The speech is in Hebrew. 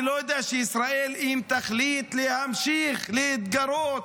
אני לא יודע שישראל, אם תחליט להמשיך להתגרות